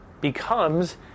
becomes